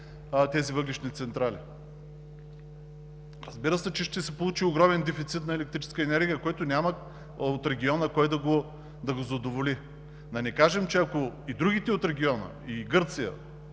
тези въглищни централи! Разбира се, че ще се получи огромен дефицит на електрическа енергия, който няма кой да го задоволи от региона. Да не кажем, че ако и другите от региона – Гърция